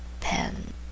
pen